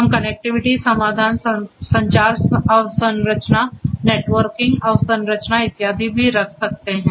हम कनेक्टिविटी समाधान संचार अवसंरचना नेटवर्किंग अवसंरचना इत्यादि भी रख सकते हैं